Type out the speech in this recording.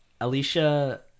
Alicia